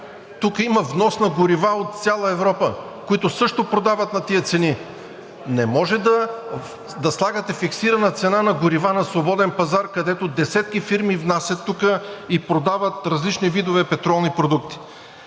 Тук има внос на горива от цяла Европа, които също продават на тези цени. Не може да слагате фиксирана цена на горива на свободен пазар, където десетки фирми внасят тук и продават различни видове петролни продукти.